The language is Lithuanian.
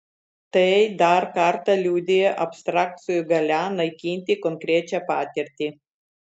tai dar kartą liudija abstrakcijų galią naikinti konkrečią patirtį